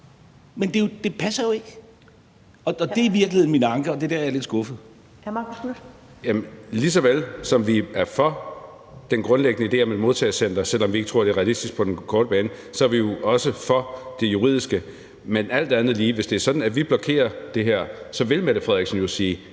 (Karen Ellemann): Hr. Marcus Knuth. Kl. 17:56 Marcus Knuth (KF): Jamen lige så vel som vi er for den grundlæggende idé om et modtagecenter, selv om vi ikke tror, det er realistisk på den korte bane, er vi jo også for det juridiske. Men alt andet lige, hvis det er sådan, at vi blokerer det her, vil statsministeren jo sige: